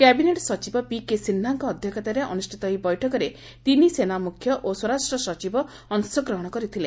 cabinet ସଚିବ PK ସିହ୍ରାଙ୍କ ଅଧ୍ୟକ୍ଷତାରେ ଅନ୍ଦୃଷ୍ଠିତ ଏହି ବୈଠକରେ ତିନି ସେନା ମ୍ରଖ୍ୟ ସ୍ୱରାଷ୍ଟ୍ର ସଚିବ ଅଂଶ ଗ୍ରହଣ କରିଥିଲେ